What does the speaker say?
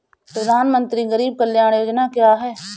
प्रधानमंत्री गरीब कल्याण योजना क्या है?